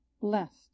blessed